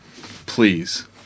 Please